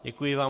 Děkuji vám.